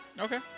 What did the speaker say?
Okay